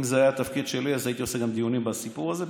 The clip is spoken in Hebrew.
אם זה היה התפקיד שלי אז הייתי עושה דיונים בסיפור הזה,